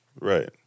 Right